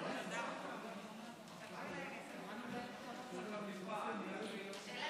ההצעה להעביר את הצעת חוק שוויון זכויות לאנשים עם מוגבלות (תיקון,